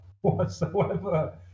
whatsoever